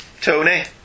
Tony